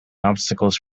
obstacles